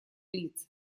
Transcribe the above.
лиц